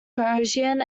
persian